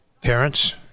Parents